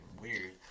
weird